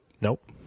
Nope